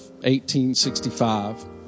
1865